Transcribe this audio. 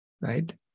right